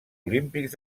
olímpics